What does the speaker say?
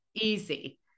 easy